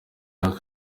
aho